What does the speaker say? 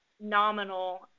nominal